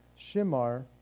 Shimar